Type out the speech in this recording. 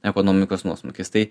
ekonomikos nuosmukis tai